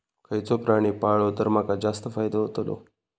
खयचो प्राणी पाळलो तर माका जास्त फायदो होतोलो?